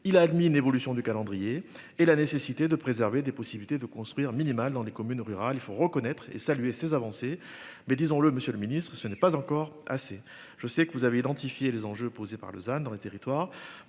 Il a admis une évolution du calendrier et la nécessité de préserver des possibilités de construire minimal dans les communes rurales. Il faut reconnaître et saluer ces avancées mais disons-le Monsieur le Ministre, ce n'est pas encore assez. Je sais que vous avez identifié les enjeux posés par Lausanne dans les territoires